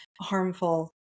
harmful